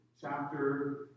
chapter